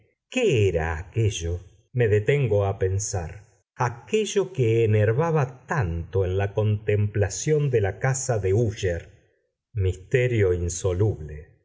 qué era aquello me detengo a pensar aquello que enervaba tanto en la contemplación de la casa de úsher misterio insoluble